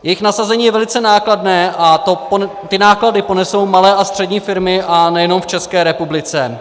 Jejich nasazení je velice nákladné a ty náklady ponesou malé a střední firmy, a nejenom v České republice.